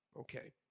Okay